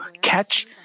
catch